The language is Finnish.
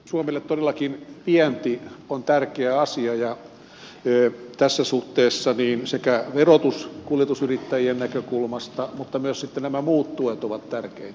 suomelle todellakin vienti on tärkeä asia ja tässä suhteessa sekä verotus kuljetusyrittäjien näkökulmasta mutta myös sitten nämä muut tuet ovat tärkeitä